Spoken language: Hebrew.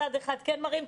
צד אחד כן מראים,